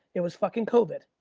it was fucking covid.